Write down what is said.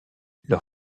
leur